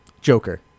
Joker